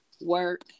work